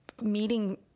meeting